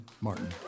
Martin